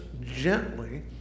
gently